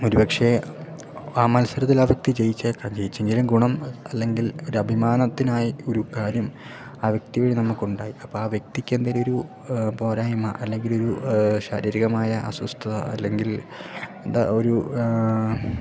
ഒരു പക്ഷെ ആ മത്സരത്തിൽ ആ വ്യക്തി ജയിച്ചേക്കാം ജയിച്ചെങ്കിലും ഗുണം അല്ലെങ്കിൽ ഒരു അഭിമാനത്തിനായി ഒരു കാര്യം ആ വ്യക്തി വഴി നമുക്കുണ്ടായി അപ്പം ആ വ്യക്തിക്ക് എന്തെങ്കിലും ഒരു പോരായ്മ അല്ലെങ്കിലൊരു ശാരീരികമായ അസ്വസ്ഥത അല്ലെങ്കിൽ എന്താ ഒരു